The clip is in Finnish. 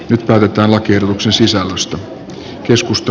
nyt päätetään lakiehdotuksen sisällöstä